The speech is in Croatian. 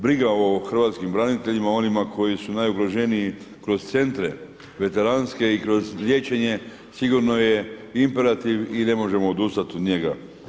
Briga o hrvatskim braniteljima, onima koji su najugroženiji kroz centre veteranske i kroz liječenje sigurno je imperativ i ne možemo odustati od njega.